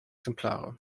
exemplare